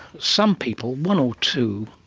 some people, one or two,